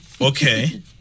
okay